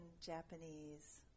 Japanese